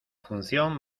función